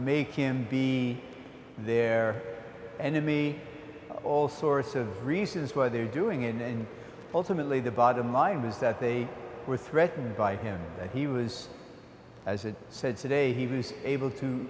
make him be their enemy all sorts of reasons why they were doing in ultimately the bottom line is that they were threatened by him that he was as it said today he was able to